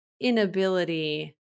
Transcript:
inability